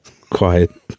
Quiet